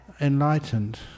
Enlightened